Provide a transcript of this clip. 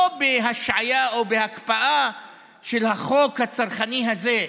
לא בהשעיה או בהקפאת החוק הצרכני הזה,